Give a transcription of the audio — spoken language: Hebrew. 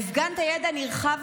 הפגנת ידע נרחב,